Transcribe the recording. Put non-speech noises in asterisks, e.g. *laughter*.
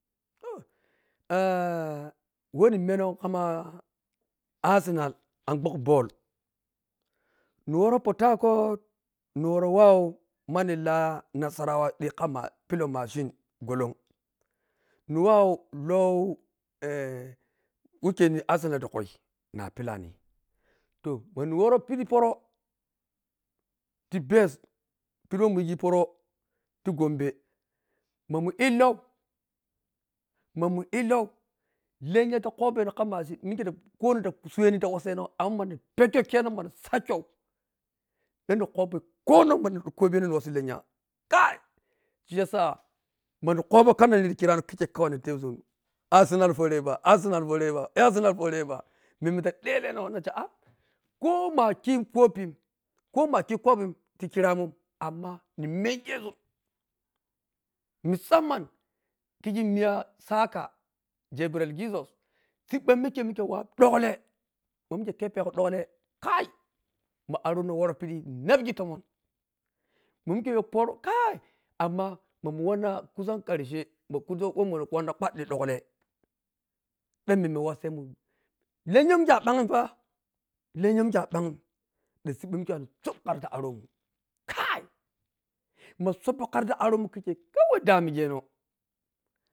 Ta *hesitation* whe ni menou ka arsenal an khu boll ni woro port hycort ni woro waw manni la nasawa ɗhi ka ma, pili machine gholon ni waw lau eh wokeni arsenal tikiu na pilani toh who ni woro piporo ti baze pidi who munyigi poro ti gombe mamu illou mamu illou lenya ta kopeno machine mike ta ko non ta suweni tiku seno am mani pekkho kheno mani sakkyou ɗan ni kopou ko non ɗan na kobeno na wassi lenya kai shiyasa mani ko ɓou karnayi kirano kikkei kawai ni tepzun arsenal forever, arsenal sforever, arsenal foreber menme ta veleno nata ah, ko ma khi kopin ko makhi kopin tikiramun amma ni mengezun musamman kigi miya saka, gabriel jesus siɓɓa mike mike wawu ɗulle ma mike keppego ɗulle kai- ma arono woro pidi no napgi tomon ma mike yo porou, kai amma mamu wannna kusan karshe ɓho kusa wh mura kwaɗɗi dugle ɗan memme wassemun lenya who mike a ɓang lenya sup kira ti aromun kai ma suppo kira ti aromun kikkei toh whe damigeno.